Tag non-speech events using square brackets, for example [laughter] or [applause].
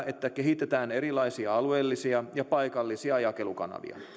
[unintelligible] että kehitetään erilaisia alueellisia ja paikallisia jakelukanavia